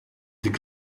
that